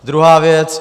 Druhá věc.